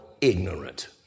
ignorant